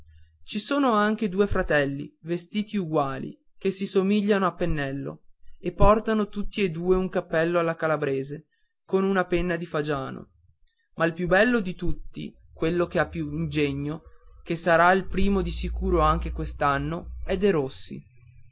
ci sono anche due fratelli vestiti eguali che si somigliano a pennello e portano tutti e due un cappello alla calabrese con una penna di fagiano ma il più bello di tutti quello che ha più ingegno che sarà il primo di sicuro anche quest'anno è derossi